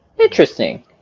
Interesting